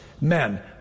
Men